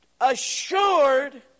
assured